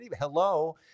hello